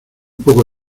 poco